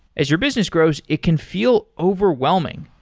as your business grows, it can feel overwhelming.